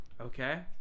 okay